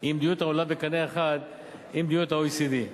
היא מדיניות העולה בקנה אחד עם המדיניות המומלצת של ה-OECD.